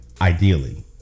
ideally